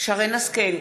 שרן השכל,